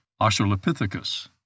Australopithecus